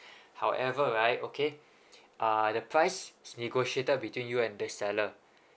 however right okay uh the price negotiated between you and the seller